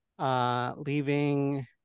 Leaving